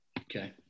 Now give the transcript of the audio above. okay